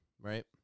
right